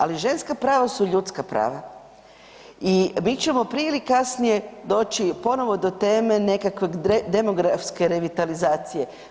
Ali ženska prava su ljudska prava i mi ćemo prije ili kasnije doći ponovo do teme nekakvog demografske revitalizacije.